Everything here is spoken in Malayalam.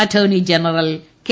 attorney general K